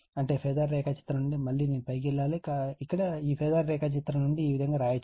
అంటే ఈ ఫేజార్ రేఖాచిత్రం నుండి మళ్ళీ నేను పైకి వెళ్ళాలి ఇక్కడ ఈ ఫేజార్ రేఖాచిత్రం నుండి ఈ విధంగా రాయవచ్చు